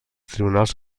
tribunals